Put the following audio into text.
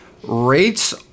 Rates